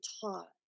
taught